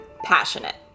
passionate